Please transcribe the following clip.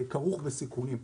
כרוך בסיכונים.